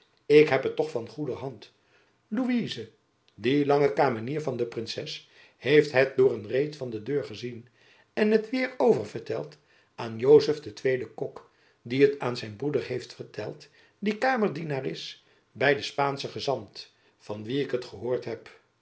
ik heb het toch van goeder hand louize die lange kamenier van de princes heeft het door een reet van de deur gezien en het weêr over verteld aan jozef den tweeden kok die het aan zijn broeder heeft verteld die kamerdienaar is by den spaanschen gezant van wien ik het gehoord heb